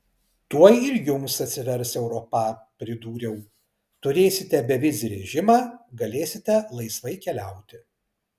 tuoj ir jums atsivers europa pridūriau turėsite bevizį režimą galėsite laisvai keliauti